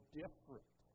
different